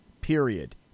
period